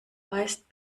weißt